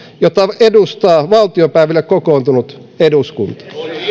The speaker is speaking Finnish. jota edustaa valtiopäiville kokoontunut eduskunta